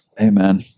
Amen